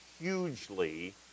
hugely